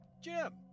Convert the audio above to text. Jim